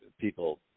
people